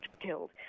killed